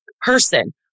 person